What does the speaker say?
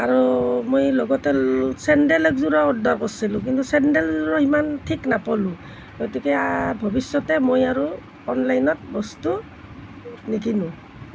আৰু মই লগতে চেণ্ডেল একযোৰো অৰ্ডাৰ কৰছিলোঁ কিন্তু চেণ্ডেলযোৰো সিমান ঠিক নাপালোঁ গতিকে ভৱিষ্যতে মই আৰু অনলাইনত বস্তু নিকিনো